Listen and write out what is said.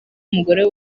umugore